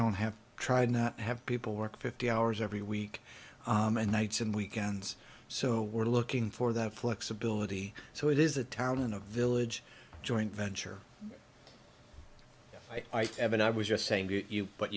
don't have tried not have people work fifty hours every week and nights and weekends so we're looking for that flexibility so it is a town in a village joint venture i have and i was just saying to you but